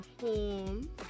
home